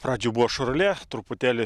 pradžioj buvo šorolė truputėlį